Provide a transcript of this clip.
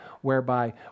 whereby